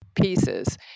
pieces